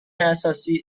اساسی